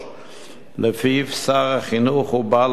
שלפיו שר החינוך הוא בעל הסמכות